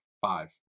five